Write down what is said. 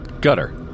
Gutter